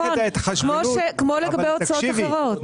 כמו לגבי הוצאות אחרות.